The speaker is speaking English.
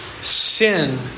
Sin